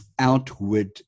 outward